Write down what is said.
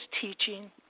teaching